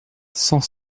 cent